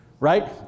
Right